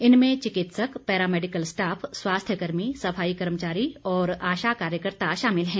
इनमें चिकित्सिक paramedical staff स्वास्थ्य कर्मी सफाई कर्मचारी और आशा कार्यकर्ता शामिल हैं